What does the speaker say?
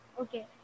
okay